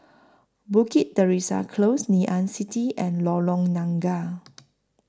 Bukit Teresa Close Ngee Ann City and Lorong Nangka